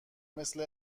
مثل